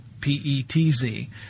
P-E-T-Z